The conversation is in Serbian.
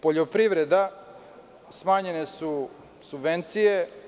Poljoprivreda, smanjene su subvencije.